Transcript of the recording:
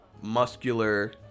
muscular